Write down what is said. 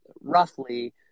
roughly